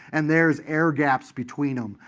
and there's air gaps between them,